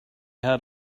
had